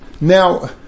Now